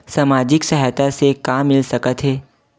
सामाजिक सहायता से का मिल सकत हे?